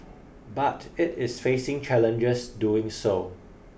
but it is facing challenges doing so